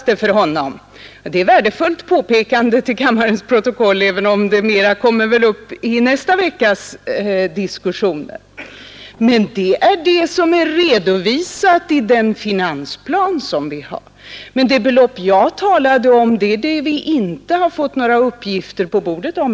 Det är ett värdefullt påpekande för kammarens protokoll, även om detta faktum mera kommer att behandlas under nästa veckas diskussioner. Det är vad som redovisas i den finansplan vi har. Men det belopp jag talade om var det som vi ännu inte fått några uppgifter på bordet om.